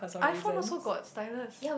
iPhone also got drivers